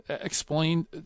Explain